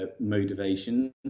motivations